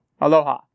Aloha